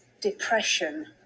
depression